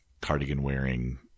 cardigan-wearing